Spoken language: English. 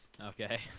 Okay